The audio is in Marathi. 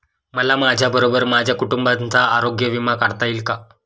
मला माझ्याबरोबर माझ्या कुटुंबाचा आरोग्य विमा काढता येईल का?